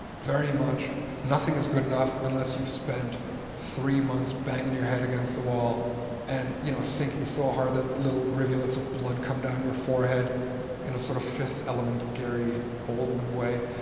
very much nothing is good enough unless you've spent three months banging your head against the wall and you know thinking so hard that little rivulets of blood come down your forehead in a sort of fifth element, gary oldman way.